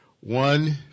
One